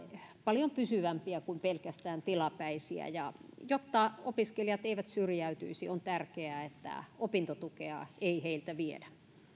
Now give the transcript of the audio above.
paljon pysyvämpiä kuin pelkästään tilapäisiä jotta opiskelijat eivät syrjäytyisi on tärkeää että opintotukea ei heiltä viedä